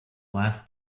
last